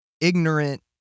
ignorant